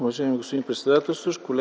Уважаеми господин председателстващ,